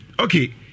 Okay